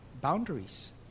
boundaries